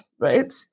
right